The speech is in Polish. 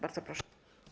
Bardzo proszę.